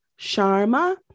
Sharma